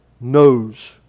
knows